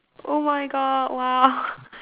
oh my god !wow!